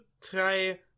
try